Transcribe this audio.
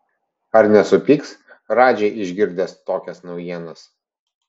ar nesupyks radži išgirdęs tokias naujienas